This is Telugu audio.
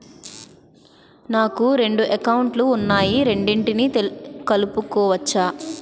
నాకు రెండు అకౌంట్ లు ఉన్నాయి రెండిటినీ కలుపుకోవచ్చా?